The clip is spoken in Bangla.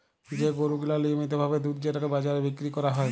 যে গরু গিলা লিয়মিত ভাবে দুধ যেটকে বাজারে বিক্কিরি ক্যরা হ্যয়